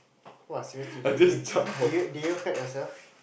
!wah! seriously did did did you did you hurt yourself